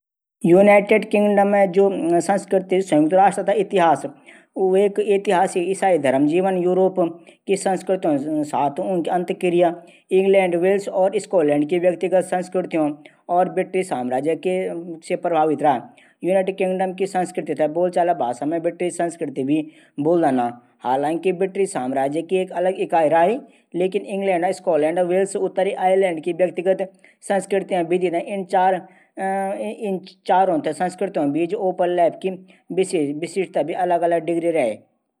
तुमन त विं पिक्चर बारा मा सही बताई कि क्या कमाल पिक्चर च वा मिन जन दियाखि घर जंवैई पिक्चर वां मा बहुत कमाल पिक्चर वा वां मा हमर गढवाली रीत रिवाज बतयूं चा कि एक घर जवाईं बणन बाद कन कन हूदू।